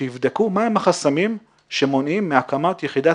שיבדקו מהם החסמים שמונעים מהקמת יחידות